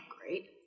great